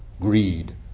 greed